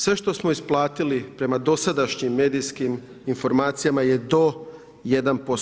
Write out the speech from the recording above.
Sve što smo isplatili prema dosadašnjim medijskim informacijama je do 1%